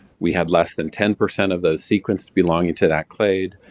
we had less than ten percent of those sequenced belonging to that clade,